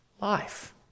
life